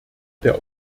der